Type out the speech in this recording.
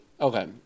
Okay